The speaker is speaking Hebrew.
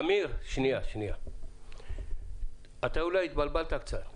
אמיר, אתה אולי התבלבלת קצת.